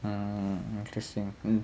mm interesting mm